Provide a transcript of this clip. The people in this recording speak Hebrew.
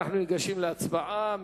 רבותי, אנחנו ניגשים להצבעה.